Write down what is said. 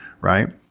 Right